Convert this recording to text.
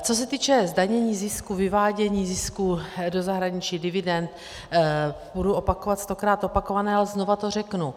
Co se týče zdanění zisku, vyvádění zisku do zahraničí, dividend, budu opakovat stokrát opakované, ale znova to řeknu.